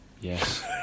Yes